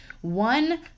one